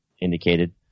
indicated